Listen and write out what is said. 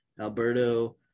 alberto